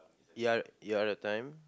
you're you are the time